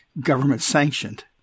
government-sanctioned